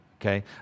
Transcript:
Okay